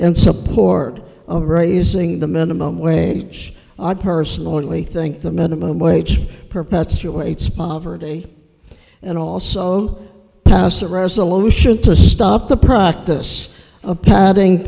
in support of raising the minimum wage i personally think the minimum wage perpetuates poverty and also own a house resolution to stop the practice of padding